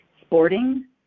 Sporting